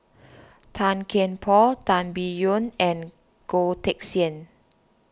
Tan Kian Por Tan Biyun and Goh Teck Sian